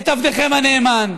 את עבדכם הנאמן,